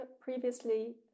previously